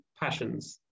passions